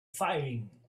firing